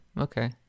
okay